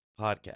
Podcast